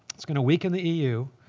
it's going to weaken the eu.